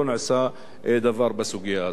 לא נעשה דבר בסוגיה הזאת.